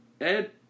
Ed